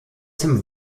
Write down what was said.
dem